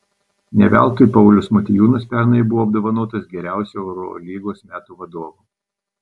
ne veltui paulius motiejūnas pernai buvo apdovanotas geriausiu eurolygos metų vadovu